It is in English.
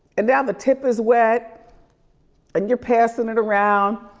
and now the tip is wet and you're passing it around.